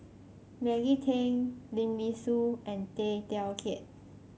Maggie Teng Lim Nee Soon and Tay Teow Kiat